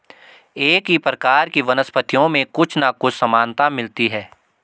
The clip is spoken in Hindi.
एक ही प्रकार की वनस्पतियों में कुछ ना कुछ समानता मिलती है